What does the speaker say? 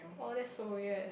!wow! that so weird